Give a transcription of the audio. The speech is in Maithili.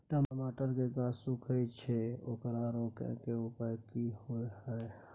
टमाटर के गाछ सूखे छै ओकरा रोके के उपाय कि होय है?